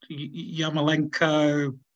Yamalenko